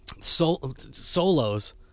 solos